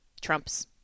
trumps